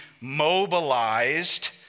mobilized